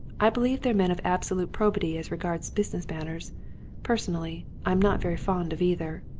i believe they're men of absolute probity as regards business matters personally, i'm not very fond of either.